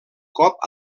cop